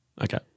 Okay